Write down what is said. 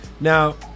Now